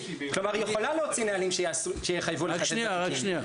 כלומר היא יכולה להוציא נהלים שיחייבו לתת את החוקים.